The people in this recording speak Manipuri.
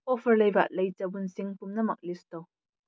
ꯑꯣꯐꯔ ꯂꯩꯕ ꯂꯩ ꯆꯕꯨꯟꯁꯤꯡ ꯄꯨꯝꯅꯃꯛ ꯂꯤꯁ ꯇꯧ